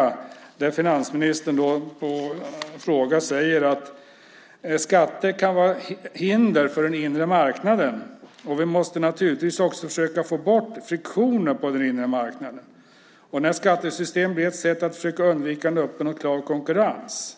Där säger finansministern: Skatter kan vara hinder för den inre marknaden. Vi måste då naturligtvis också försöka få bort friktioner på den inre marknaden när skattesystemen blir ett sätt att försöka undvika en öppen och klar konkurrens.